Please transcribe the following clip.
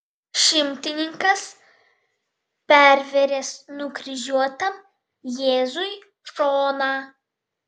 šimtininkas pervėręs nukryžiuotam jėzui šoną